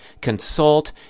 consult